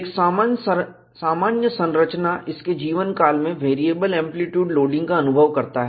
एक सामान्य संरचना इसके जीवन काल में वेरिएबल एंप्लीट्यूड लोडिंग का अनुभव करता है